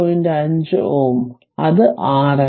5 Ω അത് RN